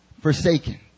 forsaken